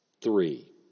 Three